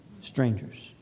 strangers